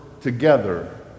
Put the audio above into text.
together